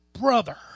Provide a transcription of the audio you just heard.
brother